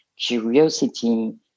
curiosity